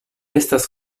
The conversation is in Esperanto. estas